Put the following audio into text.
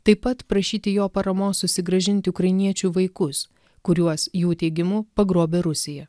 taip pat prašyti jo paramos susigrąžinti ukrainiečių vaikus kuriuos jų teigimu pagrobė rusija